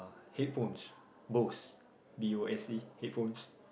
headphones Bose B O S E headphones